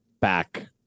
back